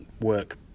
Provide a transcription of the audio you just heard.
work